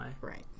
Right